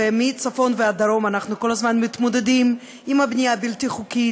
ומצפון ועד דרום אנחנו כל הזמן מתמודדים עם הבנייה הבלתי-חוקית,